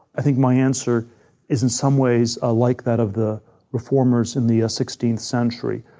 i think my answer is, in some ways, ah like that of the formers in the ah sixteenth century.